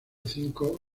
cinco